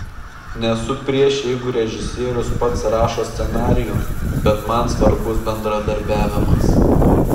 nesu prieš jeigu režisierius pats rašo scenarijų bet man svarbus bendradarbiavimas